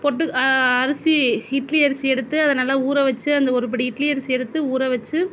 பொட்டு அரிசி இட்லி அரிசி எடுத்து அதை நல்லா ஊற வச்சு அந்த ஒரு படி இட்லி அரிசியை எடுத்து ஊற வச்சு